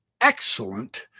excellent